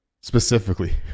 specifically